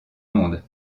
monde